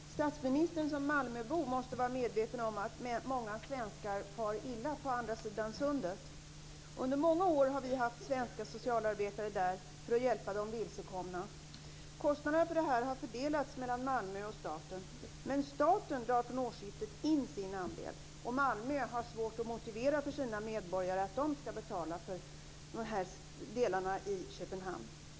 Fru talman! Jag har en fråga till statsministern. Statsministern som malmöbo måste vara medveten om att många svenskar far illa på andra sidan sundet. Under många år har vi haft svenska socialarbetare där för att hjälpa de vilsekomna. Kostnaderna för det har fördelats mellan Malmö och staten. Men staten drar från årsskiftet in sin andel. Malmö har svårt att motivera för sina medborgare att de ska betala för de här delarna i Köpenhamn.